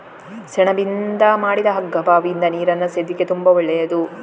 ಸೆಣಬಿನಿಂದ ಮಾಡಿದ ಹಗ್ಗ ಬಾವಿಯಿಂದ ನೀರನ್ನ ಸೇದ್ಲಿಕ್ಕೆ ತುಂಬಾ ಒಳ್ಳೆಯದು